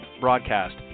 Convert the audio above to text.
broadcast